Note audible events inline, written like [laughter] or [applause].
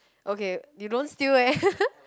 okay you don't steal eh [laughs]